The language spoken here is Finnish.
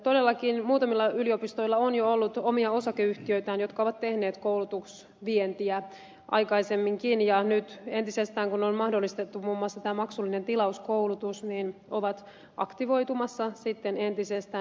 todellakin muutamilla yliopistoilla on jo ollut omia osakeyhtiöitään jotka ovat tehneet koulutusvientiä aikaisemminkin ja nyt kun on mahdollistettu muun muassa tämä maksullinen tilauskoulutus ovat aktivoitumassa entisestään